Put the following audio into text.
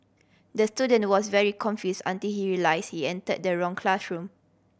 the student was very confused until he realised he entered the wrong classroom